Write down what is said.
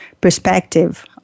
perspective